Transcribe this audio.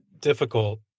difficult